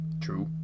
True